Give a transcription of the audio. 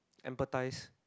emphasize